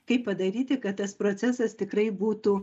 kaip padaryti kad tas procesas tikrai būtų